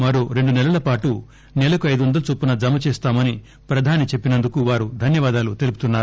మరో రెండు నెలల పాటు నెలకు ఐదు వందల చొప్పున జమ చేస్తామని ప్రధాన మంత్రి చెప్పినందుకు వారు ధన్యవాదాలు తెలుపుతున్నారు